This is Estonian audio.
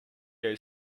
jäi